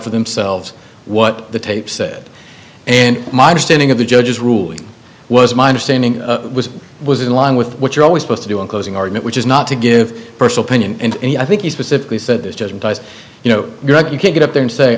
for themselves what the tape said and my understanding of the judge's ruling was my understanding was was in line with what you're always posed to do in closing argument which is not to give personal opinion and i think you specifically said there's just guys you know greg you can get up there and say